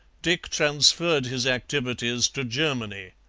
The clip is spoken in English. dick transferred his activities to germany.